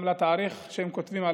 גם לתאריך שהם כותבים,